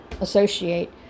associate